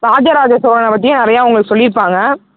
ராஜ ராஜ சோழனை பற்றி நிறையா உங்களுக்கு சொல்லி இருப்பாங்க